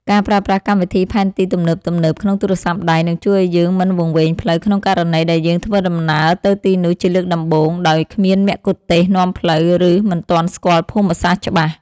ការប្រើប្រាស់កម្មវិធីផែនទីទំនើបៗក្នុងទូរស័ព្ទដៃនឹងជួយឱ្យយើងមិនវង្វេងផ្លូវក្នុងករណីដែលយើងធ្វើដំណើរទៅទីនោះជាលើកដំបូងដោយគ្មានមគ្គុទ្ទេសក៍នាំផ្លូវ ឬ មិនទាន់ស្គាល់ភូមិសាស្ត្រច្បាស់។